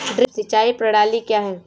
Drip सिंचाई प्रणाली क्या है?